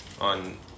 on